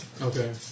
Okay